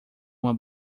uma